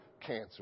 cancer